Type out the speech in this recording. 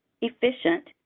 efficient